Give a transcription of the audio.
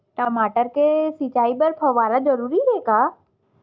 टमाटर के सिंचाई बर फव्वारा जरूरी हे का?